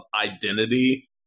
identity